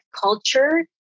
culture